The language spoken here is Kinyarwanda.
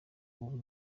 ubu